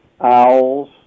owls